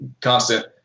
Constant